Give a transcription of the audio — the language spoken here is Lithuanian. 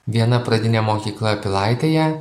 viena pradinė mokykla pilaitėje